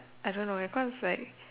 I don't know cause like